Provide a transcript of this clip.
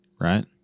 right